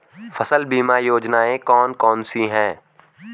फसल बीमा योजनाएँ कौन कौनसी हैं?